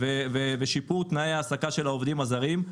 ושיפור תנאי ההעסקה של העובדים הזרים,